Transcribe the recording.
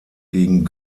gegen